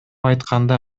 айтканда